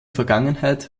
vergangenheit